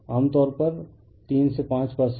आम तौर पर 3 से 5 परसेंट